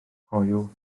hoyw